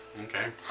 Okay